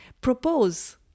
propose